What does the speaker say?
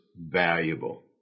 valuable